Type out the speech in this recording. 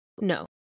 No